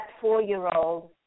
four-year-old